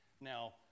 Now